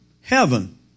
heaven